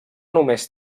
només